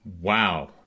Wow